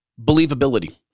Believability